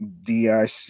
DIC